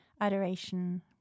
adoration